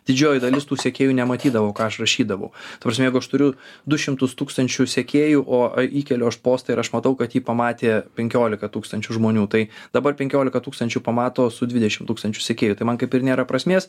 didžioji dalis tų sekėjų nematydavo ką aš rašydavau ta prasme jeigu aš turiu du šimtus tūkstančių sekėjų o įkeliu aš postą ir aš matau kad jį pamatė penkiolika tūkstančių žmonių tai dabar penkiolika tūkstančių pamato su dvidešim tūkstančių sekėjų tai man kaip ir nėra prasmės